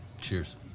Cheers